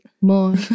more